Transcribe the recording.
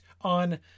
on